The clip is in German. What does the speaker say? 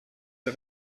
der